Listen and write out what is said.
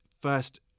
first